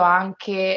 anche